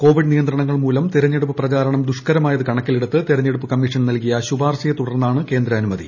Covid നിയന്ത്രണങ്ങൾ മൂലം തിരഞ്ഞെടുപ്പ് പ്രചാരണം ദുഷ്ക്കരമായത് കണക്കിലെടുത്ത് തിരഞ്ഞെടുപ്പ് കമ്മീഷൻ നൽകിയ ശുപാർശയെ തുടർന്നാണ് കേന്ദ്ര അനുമതി